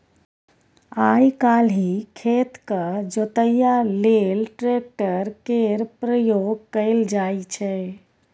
आइ काल्हि खेतक जोतइया लेल ट्रैक्टर केर प्रयोग कएल जाइ छै